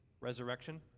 Resurrection